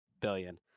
billion